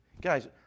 Guys